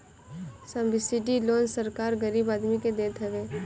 subsidy loan सरकार गरीब आदमी के देत हवे